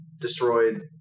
destroyed